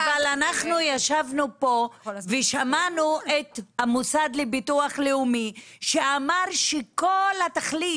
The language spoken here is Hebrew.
אבל אנחנו ישבנו פה ושמענו את המוסד לביטוח לאומי שאמר שכל התכלית